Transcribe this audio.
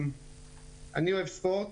אני אוהב ספורט,